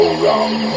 wrong